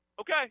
Okay